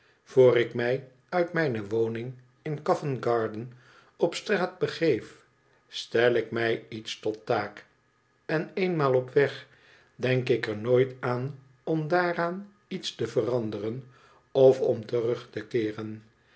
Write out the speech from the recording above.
voor ik mij uit mijne woning in co vent g arden op straat begeef stel ik mij iets tot taak en eenmaal op weg denk ik er nooit aan om daaraan iots te veranderen of om terug to keeren